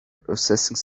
processing